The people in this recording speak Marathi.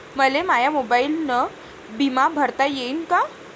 मले माया मोबाईलनं बिमा भरता येईन का?